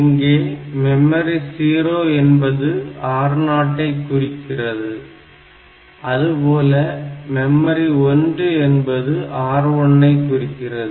இங்கே மெமரி 0 என்பது R0 ஐ குறிக்கிறது அதுபோல மெமரி 1 என்பது R1 ஐ குறிக்கிறது